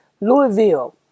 Louisville